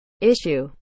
issue